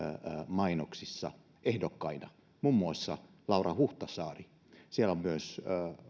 mainoksissa ehdokkaina muun muassa laura huhtasaari siellä on myös